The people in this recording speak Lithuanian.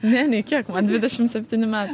ne nei kiek man dvidešimt septyni met